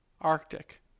Arctic